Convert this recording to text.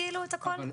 כאילו, את הכול.